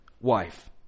wife